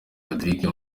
rodrigue